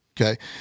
Okay